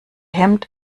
hemd